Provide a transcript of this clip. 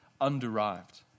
underived